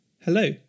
Hello